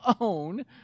own